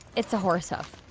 it's a horse hoof.